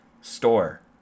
store